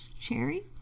cherry